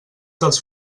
dels